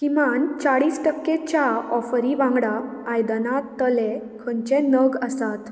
किमान चाळीस टक्केच्या ऑफरी वांगडा आयदनांतले खंयचे नग आसात